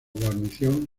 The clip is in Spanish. guarnición